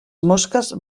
mosques